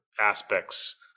aspects